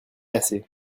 assez